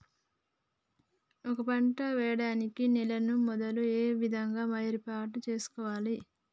ఒక పంట వెయ్యడానికి నేలను మొదలు ఏ విధంగా ఏర్పాటు చేసుకోవాలి?